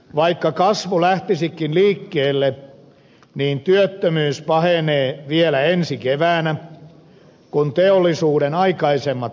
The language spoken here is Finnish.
vaikka kasvu lähtisikin liikkeelle niin työttömyys pahenee vielä ensi keväänä kun teollisuuden aikaisemmat tilaukset valmistuvat